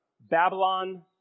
Babylon